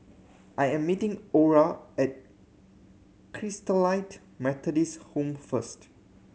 I am meeting Orah at Christalite Methodist Home first